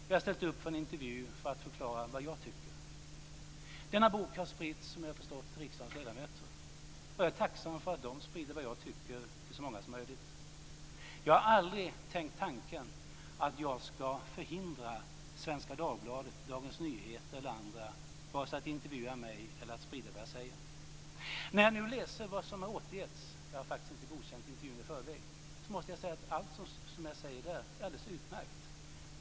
Jag har ställt upp för en intervju för att förklara vad jag tycker. Denna bok har, som jag förstått, spritts till riksdagens ledamöter. Jag är tacksam för att de sprider vad jag tycker till så många som möjligt. Jag har aldrig tänkt tanken att jag ska förhindra Svenska Dagbladet, Dagens Nyheter eller andra att vare sig intervjua mig eller sprida vad jag säger. När jag nu läser vad som har återgetts - jag har faktiskt inte godkänt intervjun i förväg - måste jag säga att allt jag säger där är alldeles utmärkt.